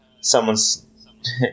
someone's